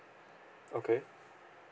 okay